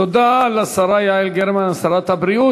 תודה לשרה יעל גרמן, שרת הבריאות.